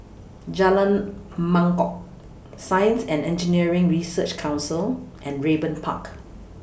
Jalan Mangkok Science and Engineering Research Council and Raeburn Park